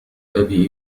أبي